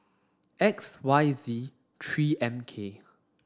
X Y Z three M K